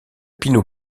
pinot